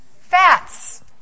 fats